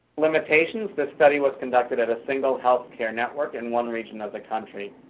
limitations the study was conducted at a single healthcare network in one region of the country,